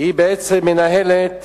המנהלת